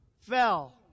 fell